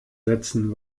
setzen